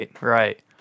Right